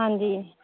ਹਾਂਜੀ